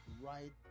right